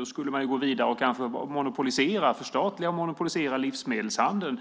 Då skulle man gå vidare och kanske förstatliga och monopolisera livsmedelshandeln